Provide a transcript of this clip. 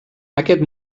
aquest